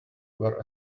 were